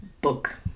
book